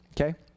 okay